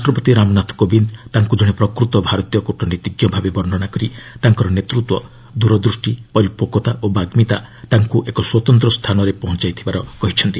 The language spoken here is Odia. ରାଷ୍ଟ୍ରପତି ରାମନାଥ କୋବିନ୍ଦ ତାଙ୍କୁ ଜଣେ ପ୍ରକୃତ ଭାରତୀୟ କୁଟନୀତିଜ୍ଞ ଭାବେ ବର୍ଷ୍ଣନା କରି ତାଙ୍କର ନେତୃତ୍ୱ ଦୂରଦୃଷ୍ଟି ପରିପକ୍ୱତା ଓ ବାଗ୍ମିତା ତାଙ୍କୁ ଏକ ସ୍ୱତନ୍ତ୍ର ସ୍ଥାନରେ ପହଞ୍ଚାଇଥିବାର କହିଛନ୍ତି